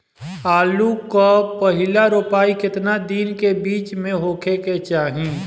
आलू क पहिला रोपाई केतना दिन के बिच में होखे के चाही?